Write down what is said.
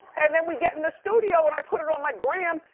and then we get in the studio and i put it on my gram,